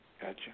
Gotcha